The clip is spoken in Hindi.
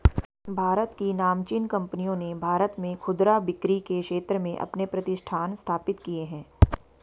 भारत की नामचीन कंपनियों ने भारत में खुदरा बिक्री के क्षेत्र में अपने प्रतिष्ठान स्थापित किए हैं